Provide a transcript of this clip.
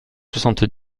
soixante